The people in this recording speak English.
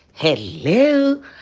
Hello